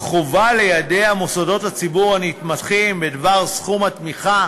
חובה ליידע את מוסדות הציבור הנתמכים בדבר סכום התמיכה